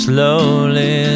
Slowly